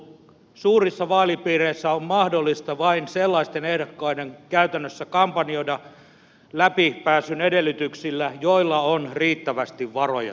suurissa vaalipiireissä on käytännössä mahdollista kampanjoida läpipääsyn edellytyksillä vain sellaisten ehdokkaiden joilla on riittävästi varoja siihen